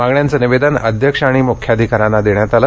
मागण्यांचं निवेदन अध्यक्ष आणि मुख्याधिकाऱ्यांना देण्यात आलं